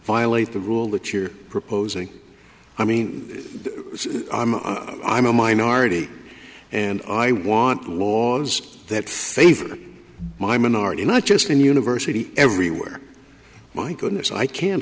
violate the rule that you're proposing i mean i'm a minority and i want laws that favor my minority not just in the university everywhere my goodness i can't